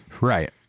Right